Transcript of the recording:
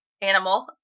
animal